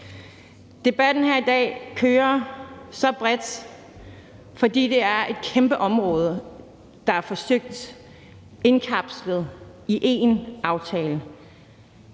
Debatten her i dag kører så bredt, fordi det er et kæmpe område, der er forsøgt indkapslet i én aftale.